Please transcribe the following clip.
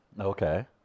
Okay